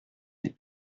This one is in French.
des